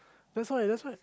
that's right that's right